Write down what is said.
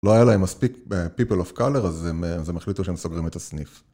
לא היה להם מספיק People of Color, אז הם החליטו שהם סוגרים את הסניף.